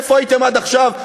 איפה הייתם עד עכשיו?